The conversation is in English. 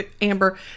Amber